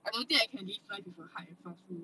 I don't think I can live life with a hard and fast rule